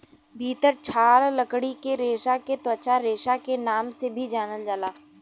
भितर छाल लकड़ी के रेसा के त्वचा रेसा के नाम से भी जानल जाला